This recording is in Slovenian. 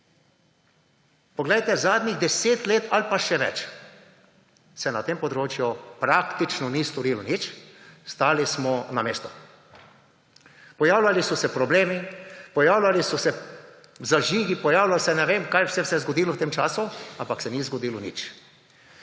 Poglejte, zadnjih 10 let ali pa še več se na tem področju praktično ni storilo nič. Stali smo na mestu. Pojavljali so se problemi, pojavljali so se zažigi, ne vem kaj vse se je zgodilo v tem času, ampak se ni zgodilo nič.